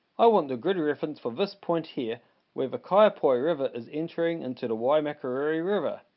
i want the grid reference for this point here where the kaiapoi river is entering into the waimakariri river.